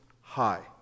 High